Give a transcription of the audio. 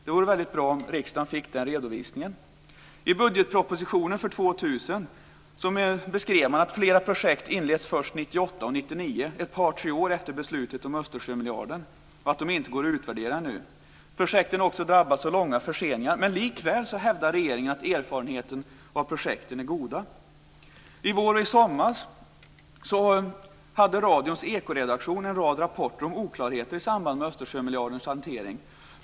Det vore väldigt bra om riksdagen kunde få den redovisningen. I budgetpropositionen för år 2000 beskrev man att flera projekt inleddes först 1998 och 1999, ett par tre år efter beslutet om Östersjömiljarden, och att de inte går att utvärdera ännu. Projekten har också drabbats av långa förseningar. Likväl hävdar regeringen att erfarenheterna av projekten är goda. I vår och i somras hade radions ekoredaktion en rad rapporter om oklarheter i samband med Östersjömiljardens hantering.